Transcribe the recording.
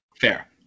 Fair